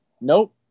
nope